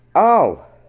oh,